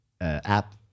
app